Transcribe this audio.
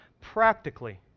practically